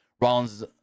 Rollins